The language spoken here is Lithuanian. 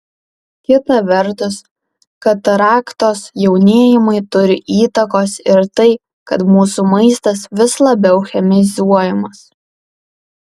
kita vertus kataraktos jaunėjimui turi įtakos ir tai kad mūsų maistas vis labiau chemizuojamas